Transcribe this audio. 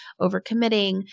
overcommitting